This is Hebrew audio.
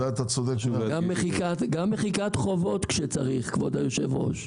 גם מחיקת חובות כשצריך, כבוד היושב-ראש.